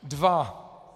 Dva!